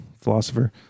philosopher